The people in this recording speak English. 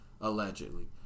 Allegedly